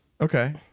Okay